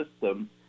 system